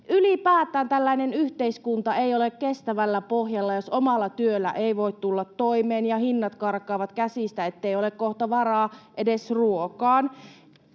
Ylipäätään tällainen yhteiskunta ei ole kestävällä pohjalla, jos omalla työllä ei voi tulla toimeen ja hinnat karkaavat käsistä, niin ettei ole kohta varaa edes ruokaan.